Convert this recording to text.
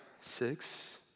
six